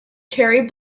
cherry